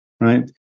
right